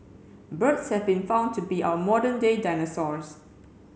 birds have been found to be our modern day dinosaurs